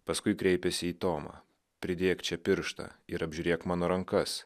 paskui kreipėsi į tomą pridėk čia pirštą ir apžiūrėk mano rankas